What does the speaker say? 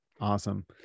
Awesome